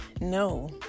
No